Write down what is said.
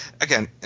again